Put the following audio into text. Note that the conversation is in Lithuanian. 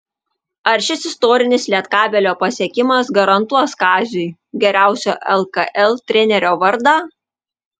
ar šis istorinis lietkabelio pasiekimas garantuos kaziui geriausio lkl trenerio vardą